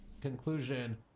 Conclusion